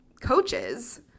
coaches